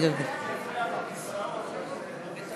להצעה לסדר-היום ולהעביר את הנושא לוועדת הכלכלה נתקבלה.